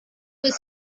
was